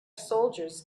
soldiers